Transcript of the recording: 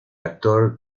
actor